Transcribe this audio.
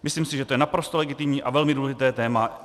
Myslím si, že to je naprosto legitimní a velmi důležité téma.